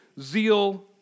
zeal